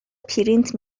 پرینت